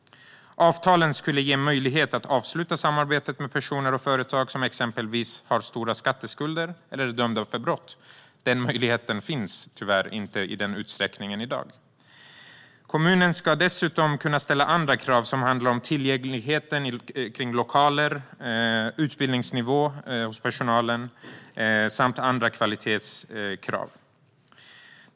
Avtalen skulle ge möjlighet att avsluta samarbetet med personer och företag som exempelvis har stora skatteskulder eller är dömda för brott. Denna möjlighet finns tyvärr inte i den utsträckningen i dag. Kommunen ska dessutom kunna ställa ytterligare krav, gällande till exempel att lokalerna ska vara tillgänglighetsanpassade, utbildningsnivå på personalen samt andra kvalitetskrav.